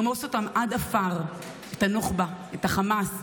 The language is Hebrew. אנחנו נרמוס אותם עד עפר, את הנוח'בה, את החמאס,